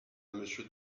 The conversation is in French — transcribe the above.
monsieur